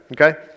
okay